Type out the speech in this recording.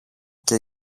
και